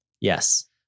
Yes